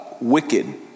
wicked